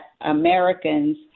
Americans